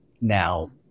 now